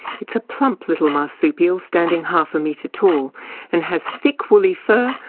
it's a plump little marsupial standing half a metre tall and has thick woolly fur,